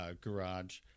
garage